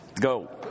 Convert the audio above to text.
Go